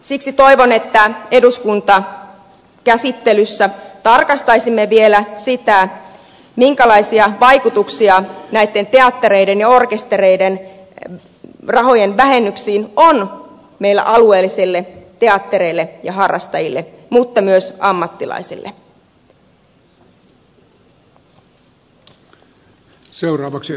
siksi toivon että eduskuntakäsittelyssä tarkastaisimme vielä sitä minkälaisia vaikutuksia näitten teattereiden ja orkestereiden rahojen vähennyksillä on meillä alueellisille teattereille ja harrastajille mutta myös ammattilai sille